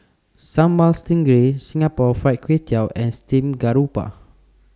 Sambal Stingray Singapore Fried Kway Tiao and Steamed Garoupa